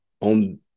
on